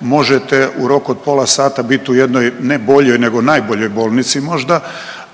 možete u roku od pola sata bit u jednoj ne boljoj nego najboljoj bolnici možda,